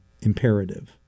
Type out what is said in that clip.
imperative